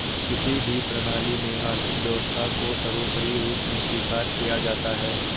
किसी भी प्रणाली में आर्थिक व्यवस्था को सर्वोपरी रूप में स्वीकार किया जाता है